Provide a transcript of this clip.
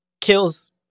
kills